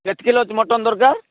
କେତେ kilo mutton ଦରକାର